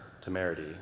temerity